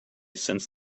since